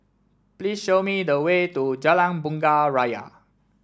please show me the way to Jalan Bunga Raya